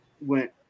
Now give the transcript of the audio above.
went